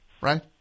Right